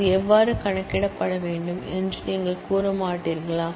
அது எவ்வாறு கணக்கிடப்பட வேண்டும் என்று நீங்கள் கூற மாட்டீர்களா